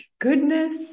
goodness